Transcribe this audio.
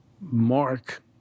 Mark